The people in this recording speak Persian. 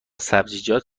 سبزیجات